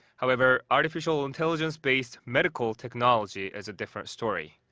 however, artificial intelligence based medical technology is a different story.